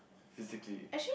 physically